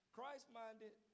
Christ-minded